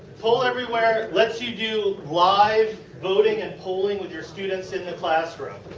polleverywhere lets you do live voting and polling with your students in the classroom.